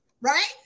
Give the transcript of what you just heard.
right